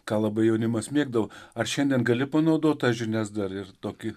ką labai jaunimas mėgdavo ar šiandien gali panaudot tas žinias dar ir tokį